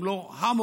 אם לא המובילה,